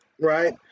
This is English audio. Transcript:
Right